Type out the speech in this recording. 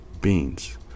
beans